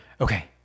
Okay